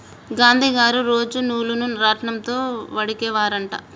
గాంధీ గారు రోజు నూలును రాట్నం తో వడికే వారు అంట